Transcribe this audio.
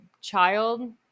child